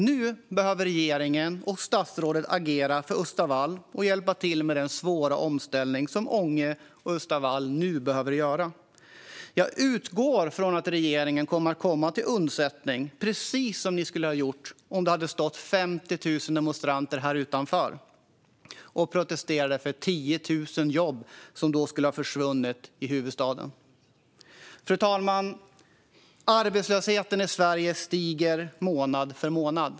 Nu behöver regeringen och statsrådet agera för Östavall och hjälpa till med den svåra omställning som Ånge och Östavall nu behöver göra. Jag utgår från att regeringen kommer att komma till undsättning, precis som ni skulle ha gjort om det hade stått 50 000 demonstranter här utanför och protesterat mot att 10 000 jobb hade försvunnit i huvudstaden. Fru talman! Arbetslösheten i Sverige stiger månad för månad.